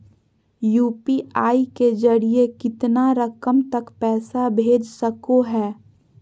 UPI के जरिए कितना रकम तक पैसा भेज सको है?